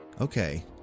Okay